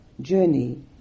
journey